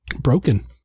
Broken